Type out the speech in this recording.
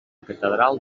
catedral